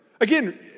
again